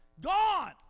Gone